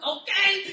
okay